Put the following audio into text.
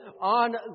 on